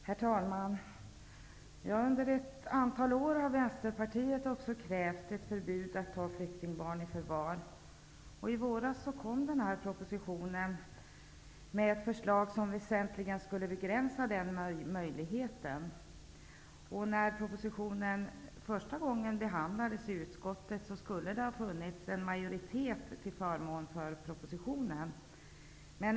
Herr talman! Under ett antal år har Vänsterpartiet också krävt ett förbud mot att ta flyktingbarn i förvar. I våras kom propositionen med ett förslag som väsentligen skulle begränsa den möjligheten. När propositionen första gången behandlades i utskottet skulle det ha funnits en majoritet till förmån för propositionen.